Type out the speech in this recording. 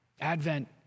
Advent